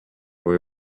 või